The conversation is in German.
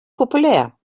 populär